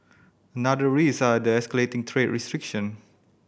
another risk are the escalating trade restriction